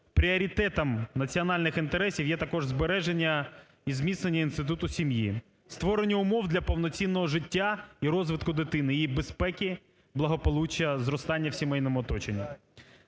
пріоритетом національних інтересів є також збереження і зміцнення інституту сім'ї, створення умов для повноцінного життя і розвитку дитини, її безпеки, благополуччя, зростання в сімейному оточенні.